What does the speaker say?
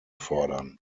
fordern